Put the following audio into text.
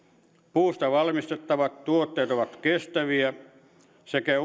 puusta valmistettavat tuotteet ovat kestäviä sekä